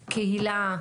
קהילה,